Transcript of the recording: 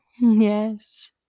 Yes